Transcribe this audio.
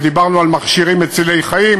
דיברנו על מכשירים מצילי חיים,